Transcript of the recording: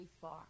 far